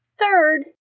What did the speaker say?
Third